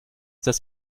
dass